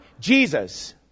Jesus